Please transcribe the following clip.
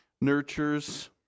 nurtures